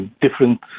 different